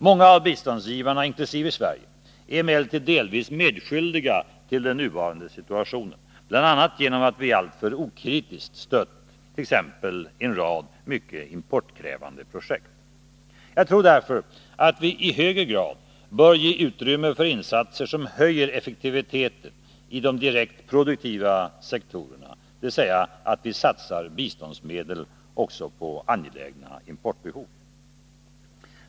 Många av biståndsgivarna, bland dem Sverige, är emellertid delvis medskyldiga till den nuvarande situationen, bl.a. därför att de alltför okritiskt stött t.ex. en rad mycket importkrävande projekt. Jag tror därför att vi i högre grad bör ge utrymme för insatser som höjer effektiviteten i de direkt produktiva sektorerna, dvs. att vi satsar biståndsmedel också på angelägna importbehov.